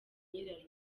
nyirarume